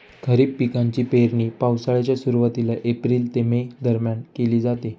खरीप पिकांची पेरणी पावसाळ्याच्या सुरुवातीला एप्रिल ते मे दरम्यान केली जाते